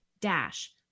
dash